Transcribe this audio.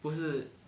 不是